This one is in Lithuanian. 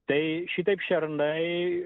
tai šitaip šernai